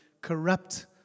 corrupt